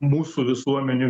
mūsų visuomenių